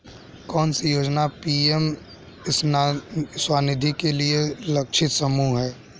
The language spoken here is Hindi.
कौन सी योजना पी.एम स्वानिधि के लिए लक्षित समूह है?